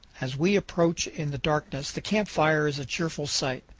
as we approach in the darkness the camp fire is a cheerful sight.